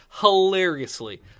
hilariously